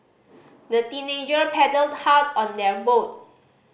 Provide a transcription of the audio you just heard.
the teenagers paddled hard on their boat